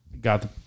got